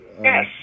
yes